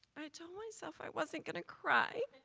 i told myself i wasn't going to cry